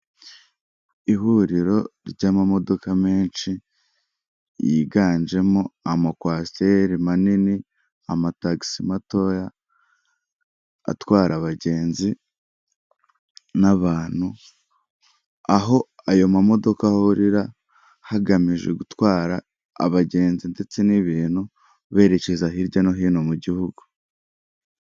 Ihuriro ry'amamodoka menshi, yiganjemo amakwasiteri manini, amatakisi matoya atwara abagenzi n'abantu, aho ayo mamodoka ahurira, hagamijwe gutwara abagenzi ndetse n'ibintu, berekeza hirya no hino mu gihugu.